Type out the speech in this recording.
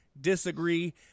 disagree